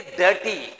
dirty